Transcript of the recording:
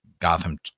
Gotham